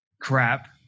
crap